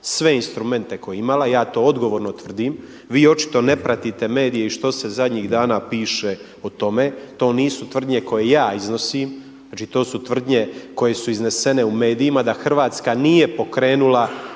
sve instrumente koje je imala, ja to odgovorno tvrdim. Vi očito ne pratite medije i što se zadnjih dana piše o tome. To nisu tvrdnje koje ja iznosim, znači to su tvrdnje koje su iznesene u medijima da Hrvatska nije pokrenula